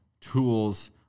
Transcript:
tools